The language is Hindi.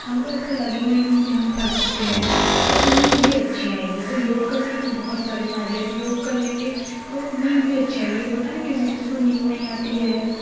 हमको एसा लगेगा ही नहीं हम थक चुके हैं और नींद भी अच्छी आएगी तो योग करने के तो बहुत सारे फ़ायदे हैं अब योग कर लेंगे तो नींद भी अच्छी आएगी होता है किसी किसी को नींद नहीं आती है